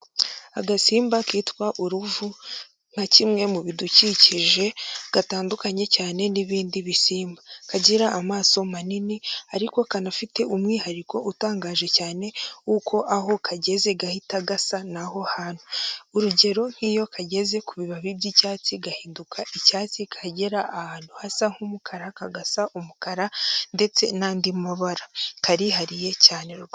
Agasimba kitwa uruvu nka kimwe mu bidukikije gatandukanye cyane n'ibindi bisimba, kagira amaso manini ariko kanafite umwihariko utangaje cyane w'uko aho kageze gahita gasa n'aho hantu, urugero nk'iyo kageze ku bibabi by'icyatsi gahinduka icyatsi, kagera ahantu hasa nk'umukara kagasa umukara ndetse n'andi mabara, karihariye cyane rwose.